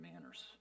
manners